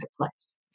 place